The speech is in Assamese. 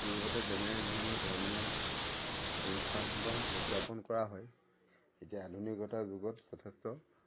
পূৰ্বতে তেনেধৰণৰ ধৰ্মীয় অনুষ্ঠানসমূহ উদযাপন কৰা হয় এতিয়া আধুনিকতাৰ যুগত যথেষ্ট